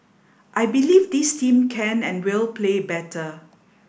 I believe this team can and will play better